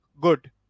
good